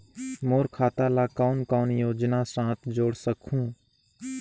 मोर खाता ला कौन कौन योजना साथ जोड़ सकहुं?